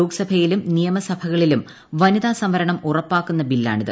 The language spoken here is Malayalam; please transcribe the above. ലോക്സഭയിലും നിയമസഭകളിലും വനിത സംവരണം ഉറപ്പാക്കുന്ന ബില്ലാണിത്